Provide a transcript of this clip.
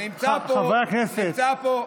חברי הכנסת.